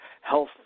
health